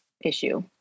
issue